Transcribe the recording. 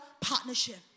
partnership